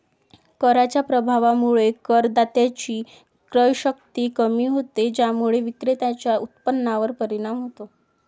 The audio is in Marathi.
कराच्या प्रभावामुळे करदात्याची क्रयशक्ती कमी होते, ज्यामुळे विक्रेत्याच्या उत्पन्नावर परिणाम होतो